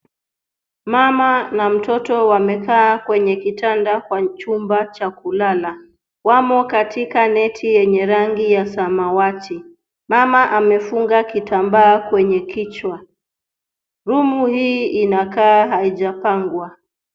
Mama na mtoto wamekaa kwenye kitanda, kwa chumba cha kulala, wamo katika neti yenye rangi ya samawati. Mama amefunga kitambaa kwenye kichwa, rumu hii inakaa haijapangwa.